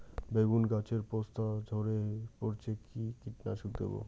বেগুন গাছের পস্তা ঝরে পড়ছে কি কীটনাশক দেব?